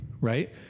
right